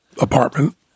apartment